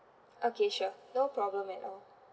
okay sure no problem at all